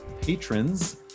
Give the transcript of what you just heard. patrons